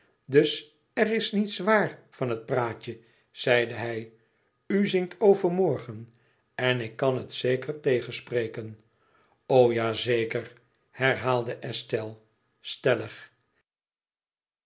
dus er is niets waar van het praatje zeide hij u zingt overmorgen en ik kan het zeker tegenspreken o ja zeker herhaalde estelle stellig